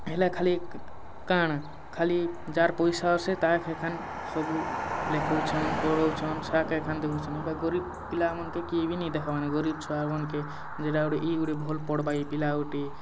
ହେଲେ ଖାଲି କାଣା ଖାଲି ଯାଆର ପଇସା ଅସେ ତା ଏଖା ଖାନ ସବୁ ଲେଖାଉଛନ ପଢ଼ାଉଛନ ଛାକେ ଏଖାନ ଦେଖୁଛନ ହେପାକରି ପିଲାମନକେ କେଇ ବି ନାଇଁ ଦେଖବାନା ଗରିବି ଛୁଆମନକେ ଯେଟା ଗୋଟେ ଇ ଗୋଟେ ଭଲ ପଢ଼ବା ଏଇ ପିଲା ଓଟି